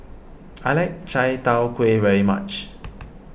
I like Chai Tow Kway very much